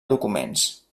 documents